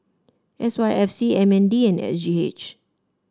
S Y F C M N D and S G H